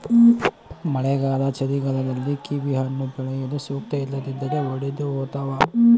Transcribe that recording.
ಮಳೆಗಾಲ ಚಳಿಗಾಲದಲ್ಲಿ ಕಿವಿಹಣ್ಣು ಬೆಳೆಯಲು ಸೂಕ್ತ ಇಲ್ಲದಿದ್ದರೆ ಒಡೆದುಹೋತವ